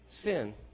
sin